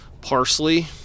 Parsley